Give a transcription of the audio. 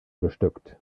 bestückt